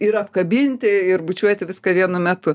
ir apkabinti ir bučiuoti viską vienu metu